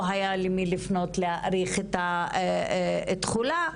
לא היה למי לפנות לדחיית מועד התחולה,